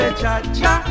cha-cha